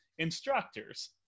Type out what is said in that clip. instructors